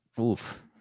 Oof